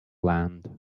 land